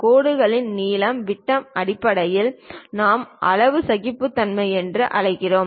கோடுகளின் நீளம் விட்டம் அடிப்படையில் நாம் அளவு சகிப்புத்தன்மை என்று அழைக்கிறோம்